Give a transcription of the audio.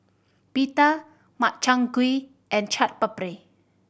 Pita Makchang Gui and Chaat Papri